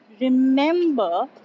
remember